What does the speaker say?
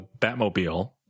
Batmobile